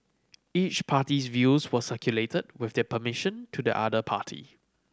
each party's views were circulated with their permission to the other party